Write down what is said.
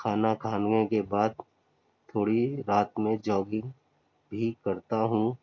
کھانا کھانے کے بعد تھوڑی رات میں جاگنگ بھی کرتا ہوں